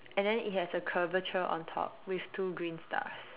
and then it has a curvature on top with two green stuff